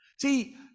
See